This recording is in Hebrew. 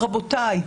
רבותיי,